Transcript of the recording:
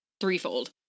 threefold